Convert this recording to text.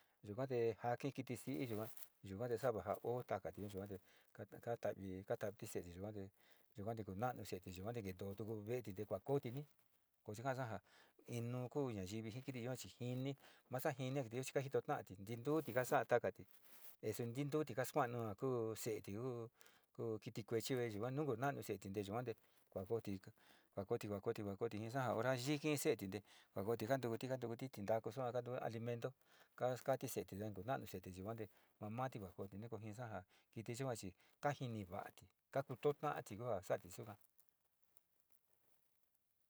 Jaki siii yuka, yuka ja va o takiti yua te kataaviti ka te ni kuna'anu se'eti kentootu ve'eti te kuakooti tuka ka'asa inu nayivi ji kiti yua chi jini masa jito nu ta'ati ntituti kasa'a takati te tintuuti tuanu ja kuu se'eti ku ku kiti kuechi ve nu nkoo seeti te yua te kuangoti, kantukuti, kantukuti, tintaku mento kaskaati se'eti ya ni kuna'anu se'eti yua ti kuangoyoti jii sa ja kiti yuga chi kajini va'ati koota'ati yuka ja saati suka.